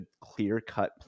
clear-cut